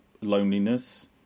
loneliness